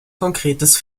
konkretes